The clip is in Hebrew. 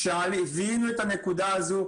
כשזיהינו את הנקודה הזו,